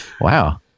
Wow